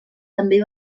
també